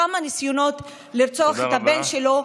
כמה ניסיונות לרצוח את הבן שלו,